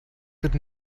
could